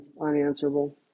unanswerable